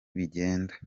bigenda